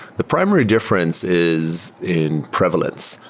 the primary difference is in prevalence.